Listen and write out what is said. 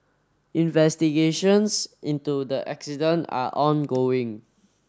investigations into the are ongoing